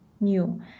new